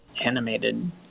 animated